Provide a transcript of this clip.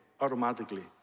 automatically